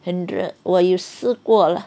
很热我有试过 lah